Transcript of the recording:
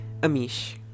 Amish